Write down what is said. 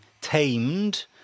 tamed